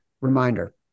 Reminder